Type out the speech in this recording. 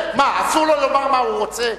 מה, אסור לו לומר מה הוא רוצה?